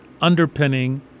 underpinning